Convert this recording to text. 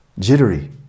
jittery